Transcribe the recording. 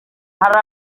hari